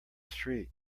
street